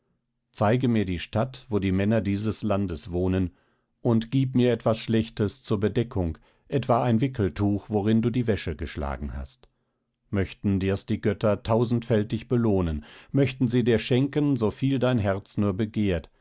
zeige mir die stadt wo die männer dieses landes wohnen und gieb mir etwas schlechtes zur bedeckung etwa ein wickeltuch worin du die wäsche geschlagen hast möchten dir's die götter tausendfältig belohnen möchten sie dir schenken soviel dein herz nur begehrt